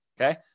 Okay